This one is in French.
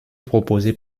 proposée